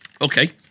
Okay